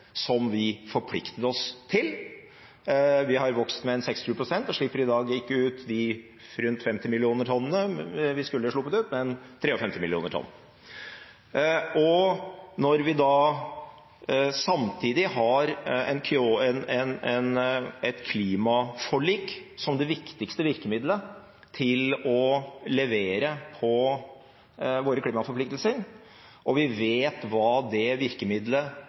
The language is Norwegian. som vi forpliktet oss til. Vi har vokst med en 6–7 pst. og slipper i dag ikke ut de rundt 50 millioner tonnene vi skulle sluppet ut, men 53 millioner tonn. Når vi da samtidig har et klimaforlik som det viktigste virkemiddelet til å levere på våre klimaforpliktelser, og vi vet hva det virkemiddelet